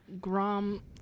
Grom